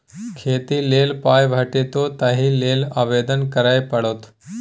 खेती लेल पाय भेटितौ ताहि लेल आवेदन करय पड़तौ